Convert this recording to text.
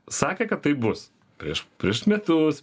sakė kad taip bus prieš prieš metus